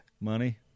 Money